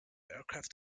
aircraft